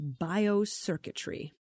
biocircuitry